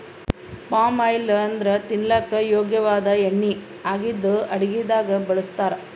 palm oil ಅಂದ್ರ ತಿನಲಕ್ಕ್ ಯೋಗ್ಯ ವಾದ್ ಎಣ್ಣಿ ಆಗಿದ್ದ್ ಅಡಗಿದಾಗ್ ಬಳಸ್ತಾರ್